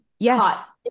Yes